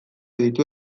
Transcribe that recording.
ditu